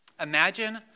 Imagine